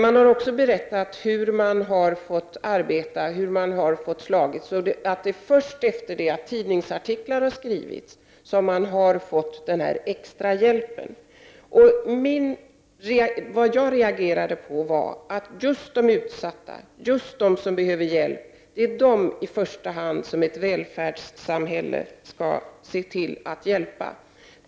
De har också berättat hur de har fått arbeta och slåss och att det är först efter det att tidningsartiklar har skrivits som de har fått den extra hjälpen. Jag understryker att just de utsatta och de som behöver hjälp är de som ett välfärdssamhälle skall se till att hjälpa.